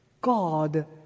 God